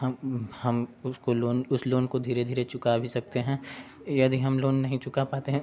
हम हम उसको लोन उस लोन को धीरे धीरे चुका भी सकते हैं यदि हम लोन नहीं चुका पाते हैं